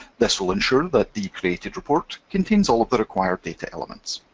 this will ensure that the created report contains all of the required data elements.